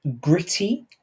gritty